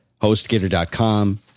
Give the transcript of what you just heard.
hostgator.com